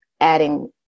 adding